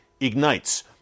ignites